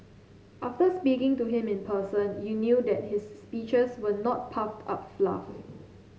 after speaking to him in person you knew that his speeches were not puffed up fluff